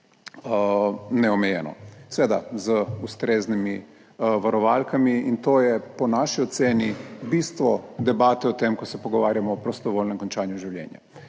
neomejeno, seveda z ustreznimi varovalkami in to je po naši oceni bistvo debate o tem, ko se pogovarjamo o prostovoljnem končanju življenja.